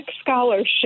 scholarship